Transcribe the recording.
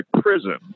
prison